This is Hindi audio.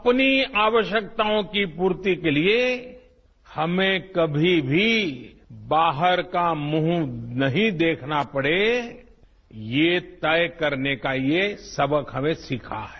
अपनी आवश्यकताओं की पूर्ति के लिए हमें कभी भी बाहर का मुंह नहीं देखना पड़े ये तय करने का ये सबक हमने सीखा है